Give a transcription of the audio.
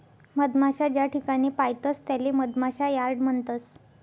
मधमाशा ज्याठिकाणे पायतस त्याले मधमाशा यार्ड म्हणतस